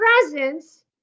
presence